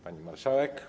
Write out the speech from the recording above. Pani Marszałek!